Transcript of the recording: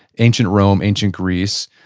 ancient rome, ancient greece,